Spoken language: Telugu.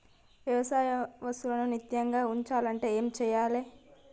వ్యవసాయ వస్తువులను నాణ్యతగా ఉంచాలంటే ఏమి చెయ్యాలే?